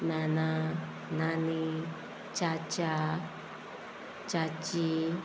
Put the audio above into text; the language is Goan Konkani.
नाना नानी चाचा च्याची